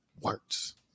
words